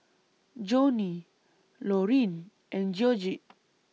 Joanie Loreen and Georgette